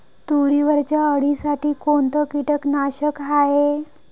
तुरीवरच्या अळीसाठी कोनतं कीटकनाशक हाये?